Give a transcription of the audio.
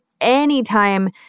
anytime